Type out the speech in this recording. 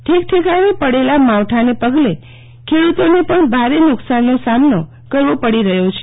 ઠેકઠેકાણે પડેલા માવઠાને પગલે ખેડુતોને ભારે નુકશાનનો સામનો કરવો પડી રહ્યો છે